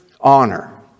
honor